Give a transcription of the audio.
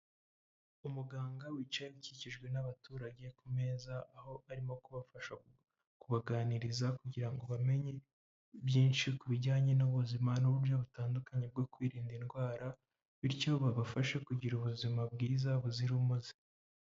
Umuganga wicaye ukikijwe n'abaturage ku meza, aho arimo kubafasha kubaganiriza kugira ngo bamenye byinshi ku bijyanye n'ubuzima n'uburyo butandukanye bwo kwirinda indwara, bityo babafashe kugira ubuzima bwiza buzira umuze.